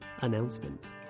announcement